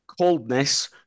coldness